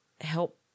help